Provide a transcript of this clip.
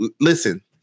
listen